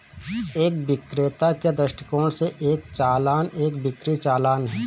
एक विक्रेता के दृष्टिकोण से, एक चालान एक बिक्री चालान है